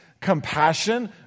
compassion